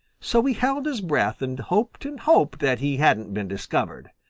so he held his breath and hoped and hoped that he hadn't been discovered.